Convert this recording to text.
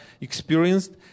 experienced